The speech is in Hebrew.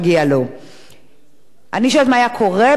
אני שואלת מה היה קורה ביום שאין מערכת בחירות בהסתדרות,